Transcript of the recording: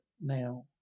now